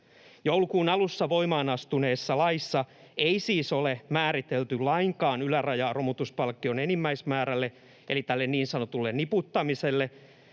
Joulukuun alussa voimaan astuneessa laissa ei siis ole määritelty lainkaan ylärajaa romutuspalkkion enimmäismäärälle eli tälle niin sanotulle niputtamiselle,